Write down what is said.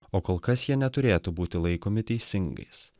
o kol kas jie neturėtų būti laikomi teisingais